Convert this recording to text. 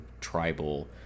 tribal